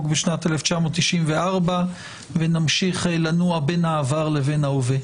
בשנת 1994. נמשיך לנוע בין העבר לבין ההווה.